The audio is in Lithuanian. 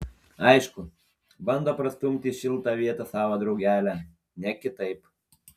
aišku bando prastumti į šiltą vietą savo draugelę ne kitaip